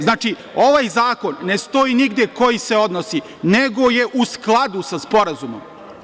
Znači, ovaj zakon ne stoji nigde - koji se odnosi, nego je u skladu sa sporazumom.